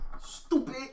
Stupid